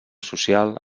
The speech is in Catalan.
social